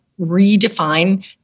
redefine